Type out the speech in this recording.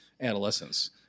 adolescence